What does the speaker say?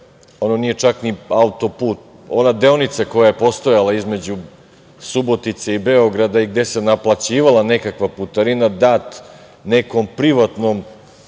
ono nije čak ni autoput, ona deonica koja je postojala između Subotice i Beograda i gde se naplaćivala nekakva putarina, dat nekoj privatnoj